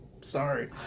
sorry